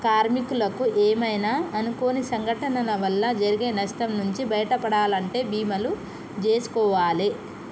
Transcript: కార్మికులకు ఏమైనా అనుకోని సంఘటనల వల్ల జరిగే నష్టం నుంచి బయటపడాలంటే బీమాలు జేసుకోవాలే